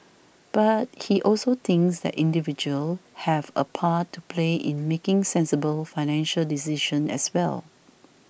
but he also thinks that individuals have a part to play in making sensible financial decisions as well